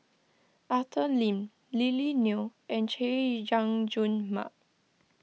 Arthur Lim Lily Neo and Chay Jung Jun Mark